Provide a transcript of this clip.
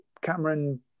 Cameron